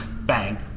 bang